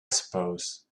suppose